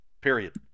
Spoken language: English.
period